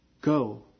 go